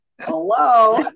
Hello